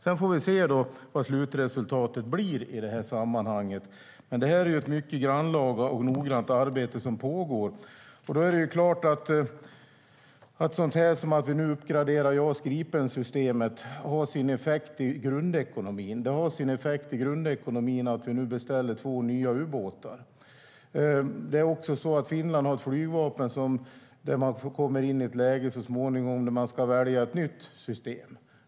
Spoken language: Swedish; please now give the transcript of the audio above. Sedan får vi se vad slutresultatet blir. Det är ett mycket grannlaga och noggrant arbete som pågår. Sådant som att vi nu uppgraderar JAS Gripen-systemet har sin effekt i grundekonomin, och det har sin effekt i grundekonomin att vi nu beställer två nya ubåtar. Finland har ett flygvapen där man så småningom kommer in i ett läge där man ska välja ett nytt system.